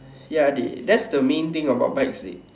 ya dey that's the main thing about bikes dey